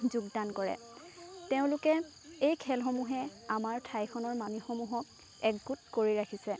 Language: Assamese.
যোগদান কৰে তেওঁলোকে এই খেলসমূহে আমাৰ ঠাইখনৰ মানুহসমূহক একগোট কৰি ৰাখিছে